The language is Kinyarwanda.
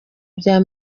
bya